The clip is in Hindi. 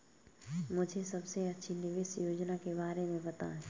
मुझे सबसे अच्छी निवेश योजना के बारे में बताएँ?